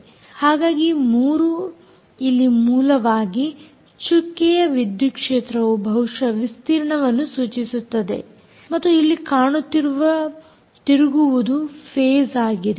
ಹಾಗಾಗಿ 3 ಇಲ್ಲಿ ಮೂಲವಾಗಿ ಚುಕ್ಕೆಯ ವಿದ್ಯುತ್ ಕ್ಷೇತ್ರವು ಬಹುಶಃ ವಿಸ್ತೀರ್ಣವನ್ನು ಸೂಚಿಸುತ್ತದೆ ಮತ್ತು ಇಲ್ಲಿ ಕಾಣುತ್ತಿರುವ ತಿರುಗುವುದು ಫೇಸ್ ಆಗಿದೆ